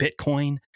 Bitcoin